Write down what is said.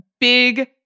big